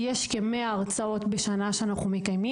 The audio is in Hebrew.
אנחנו מקיימים בשנה כמאה הרצאות, בממוצע,